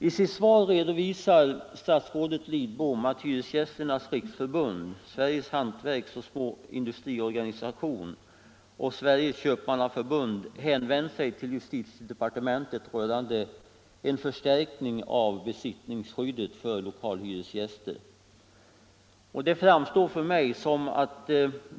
I sitt svar redovisar statsrådet Lidbom att Hyresgästernas riksförbund, Sveriges hantverks och industriorganisation och Sveriges köpmannaförbund hänvänt sig till justitiedepartementet rörande en förstärkning av besittningsskyddet för lokalhyresgäster.